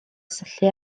syllu